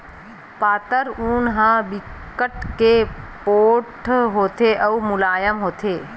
पातर ऊन ह बिकट के पोठ होथे अउ मुलायम होथे